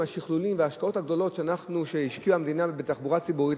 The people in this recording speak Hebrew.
עם השכלולים וההשקעות הגדולות שהשקיעה המדינה בתחבורה ציבורית,